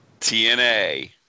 TNA